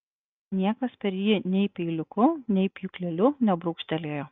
niekas per jį nei peiliuku nei pjūkleliu nebrūkštelėjo